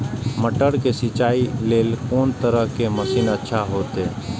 मटर के सिंचाई के लेल कोन तरह के मशीन अच्छा होते?